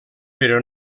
però